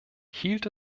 hielt